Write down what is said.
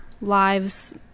lives